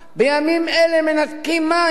בימים אלה מנתקים מים